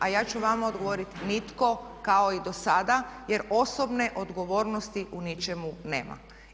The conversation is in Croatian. A ja ću vama odgovoriti nitko kao i dosada jer osobne odgovornosti u ničemu nema.